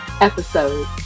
episode